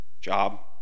job